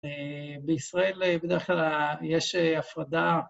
בישראל בדרך כלל יש הפרדה...